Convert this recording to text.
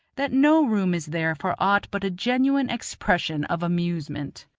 that no room is there for aught but a genuine expression of amusement.